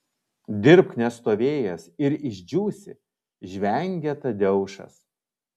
dirbk nestovėjęs ir išdžiūsi žvengia tadeušas